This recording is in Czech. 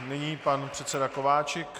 Nyní pan předseda Kováčik.